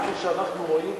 כפי שאנחנו רואים,